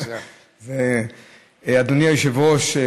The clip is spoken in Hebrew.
אדוני היושב-ראש,